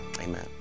Amen